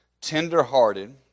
tender-hearted